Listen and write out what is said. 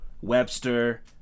Webster